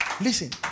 Listen